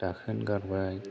दाखोन गारबाय